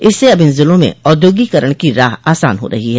इससे अब इन जिलों में औद्योगीकरण की राह आसान हो रही है